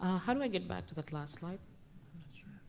how do i get back to that last slide? i'm not sure.